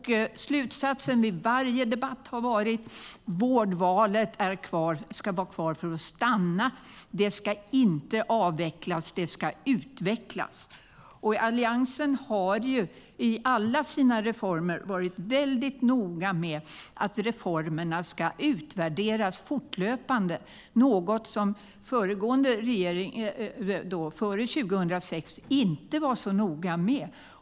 Slutsatsen vid varje debatt har varit att vårdvalet ska vara kvar. Det ska inte avvecklas, utan det ska utvecklas. Alliansen har i alla sina reformer varit väldigt noga med att reformerna ska utvärderas fortlöpande, något som regeringarna före 2006 inte var så noga med.